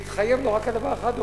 ויתחייב לו רק על דבר אחד,